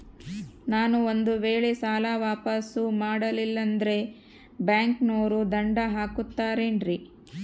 ನಾನು ಒಂದು ವೇಳೆ ಸಾಲ ವಾಪಾಸ್ಸು ಮಾಡಲಿಲ್ಲಂದ್ರೆ ಬ್ಯಾಂಕನೋರು ದಂಡ ಹಾಕತ್ತಾರೇನ್ರಿ?